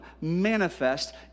manifest